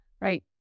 right